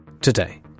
Today